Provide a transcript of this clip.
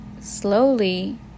Slowly